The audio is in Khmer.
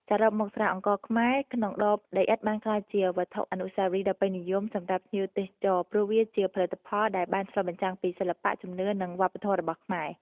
សរុបមក ស្រាអង្ករខ្មែរក្នុងដបដីឥដ្ឋបានក្លាយជាវត្ថុអនុស្សាវរីយ៍ដ៏ពេញនិយមសម្រាប់ភ្ញៀវទេសចរ ព្រោះវាជាផលិតផលដែលបានឆ្លុះបញ្ចាំងពីសិល្បៈ ជំនឿ និងវប្បធម៌របស់ខ្មែរ។